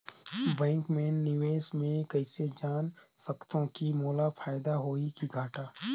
Bank मे मैं निवेश मे कइसे जान सकथव कि मोला फायदा होही कि घाटा?